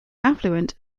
affluent